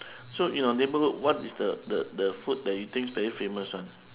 so your neighbourhood what is the the the food that you think very famous one